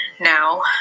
now